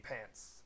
pants